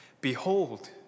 Behold